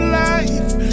life